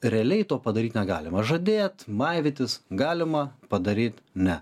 realiai to padaryti negalima žadėt maivytis galima padaryt ne